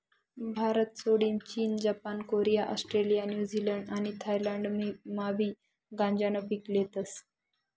भारतसोडीन चीन, Japan, Korea, Australia, New Zealand आणि थायलंडमाबी गांजानं पीक लेतस